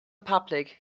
public